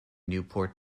newport